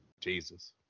Jesus